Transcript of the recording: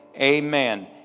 Amen